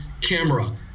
camera